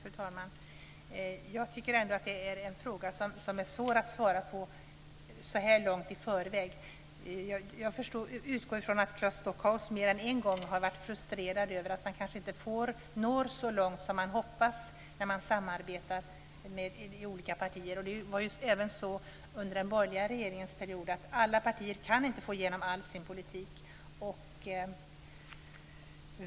Fru talman! Jag tycker ändå att det är en fråga som är svår att svara på så här långt i förväg. Jag utgår från att Claes Stockhaus mer än en gång har varit frustrerad över att man kanske inte når så långt som man hoppas när man samarbetar med olika partier. Det var även så under den borgerliga regeringens period. Alla partier kan inte få igenom all sin politik.